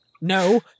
no